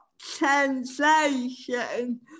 sensation